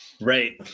Right